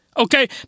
Okay